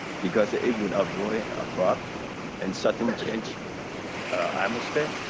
because it would avoid abrupt and certain change atmosphere,